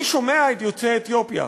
אני שומע את יוצאי אתיופיה,